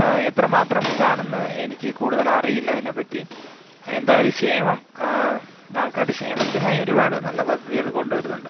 എത്രമാത്രം ഇതാണെന്ന് എനിക്ക് കൂടുതലറിയില്ല അതിനെ പറ്റി എന്തായാലും ക്ഷേമം ആൾക്കാരുടെ ക്ഷേമത്തിനായി നല്ല ഒരുപാട് പദ്ധതികൾ കൊണ്ടുവരുന്നുണ്ട്